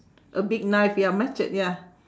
a big knife ya machete ya